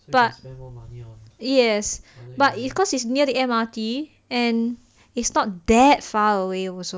but yes but if cause it's near the M_R_T and it's not that far away also